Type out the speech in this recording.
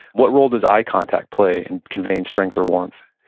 what role does eye contact play in conveying strength or warmth?